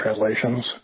translations